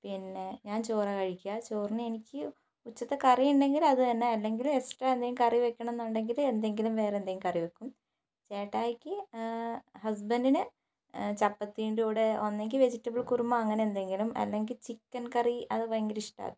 പിന്നെ ഞാൻ ചോറാണ് കഴിക്കുക ചോറിന് എനിക്ക് ഉച്ചക്കത്തെ കറിയുണ്ടെങ്കിൽ അതുതന്നെ അല്ലെങ്കിൽ എസ്ട്രാ എന്തെങ്കിലും കറി വയ്ക്കണമെന്നുണ്ടെങ്കിൽ എന്തെങ്കിലും വേറെ എന്തെങ്കിലും കറി വയ്ക്കും ചേട്ടായിക്ക് ഹസ്ബൻ്റിന് ചപ്പാത്തീൻ്റെ കൂടെ ഒന്നെങ്കിൽ വെജിറ്റബിൾ കുറുമ അങ്ങനെയെന്തെങ്കിലും അല്ലെങ്കിൽ ചിക്കൻ കറി അത് ഭയങ്കര ഇഷ്ടമാണ്